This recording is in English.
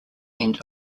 end